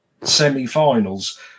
semi-finals